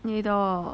你的